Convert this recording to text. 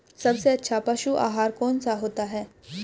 सबसे अच्छा पशु आहार कौन सा होता है?